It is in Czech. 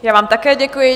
Já vám také děkuji.